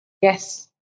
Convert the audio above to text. Yes